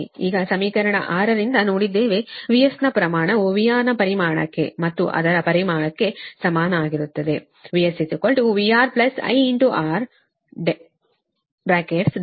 ಈಗ ಸಮೀಕರಣ 6 ರಿಂದ ನೋಡಿದ್ದೇವೆ VS ಪ್ರಮಾಣವು VR ಪರಿಮಾಣಕ್ಕೆ ಮತ್ತು ಅದರ ಪ್ರಮಾಣಕ್ಕೆ ಸಮಾನವಾಗಿರುತ್ತದೆ VS VR I R δXsin δ